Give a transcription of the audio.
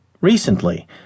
Recently